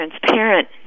transparent